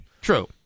True